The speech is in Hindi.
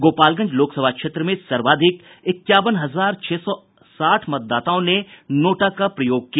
गोपालगंज लोकसभा क्षेत्र में सर्वाधिक इक्यावन हजार छह सौ साठ मतदाताओं ने नोटा का प्रयोग किया